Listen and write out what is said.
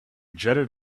jetted